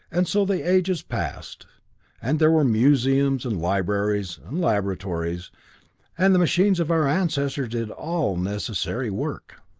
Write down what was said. and so the ages passed and there were museums and libraries and laboratories and the machines of our ancestors did all necessary work.